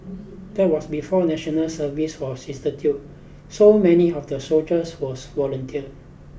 that was before national service was instituted so many of the soldiers was volunteer